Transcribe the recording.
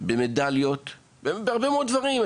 במדליות ובהרבה מאוד דברים,